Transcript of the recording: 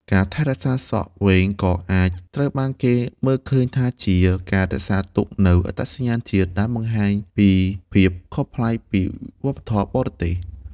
ការថែរក្សាសក់វែងក៏អាចត្រូវបានគេមើលឃើញថាជា ការរក្សាទុកនូវអត្តសញ្ញាណជាតិ ដែលបង្ហាញពីភាពខុសប្លែកពីវប្បធម៌បរទេស។